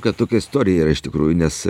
kad tokia istorija yra iš tikrųjų nes